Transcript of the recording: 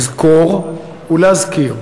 לזכור ולהזכיר